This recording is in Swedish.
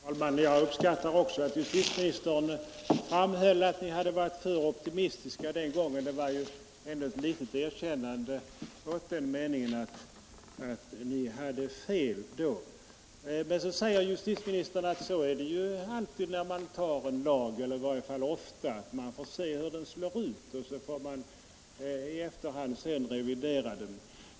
Herr talman! Jag uppskattar också att justitieministern framhöll att ni hade varit alltför optimistiska den gången det var ju ändå ett litet erkännande åt dem som ansåg att ni hade fel då. Men så säger justitieministern att det alltid — eller i varje fall ofta — är så, när man antar en ny lag, att man får undersöka hur den slår ut och sedan — i efterhand — revidera den.